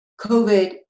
COVID